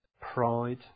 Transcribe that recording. pride